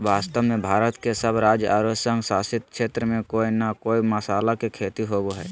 वास्तव में भारत के सब राज्य आरो संघ शासित क्षेत्र में कोय न कोय मसाला के खेती होवअ हई